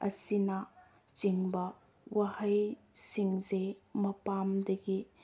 ꯑꯁꯤꯅꯆꯤꯡꯕ ꯋꯥꯍꯩꯁꯤꯡꯁꯤ ꯃꯄꯥꯟꯗꯒꯤ